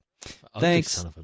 Thanks